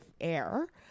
air